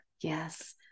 Yes